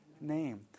name